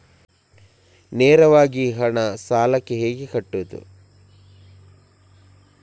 ನೇರವಾಗಿ ಹಣ ಸಾಲಕ್ಕೆ ಹೇಗೆ ಕಟ್ಟುವುದು?